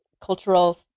cultural